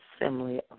assembly